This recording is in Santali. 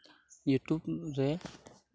ᱤᱭᱩᱴᱩᱵᱽ ᱨᱮ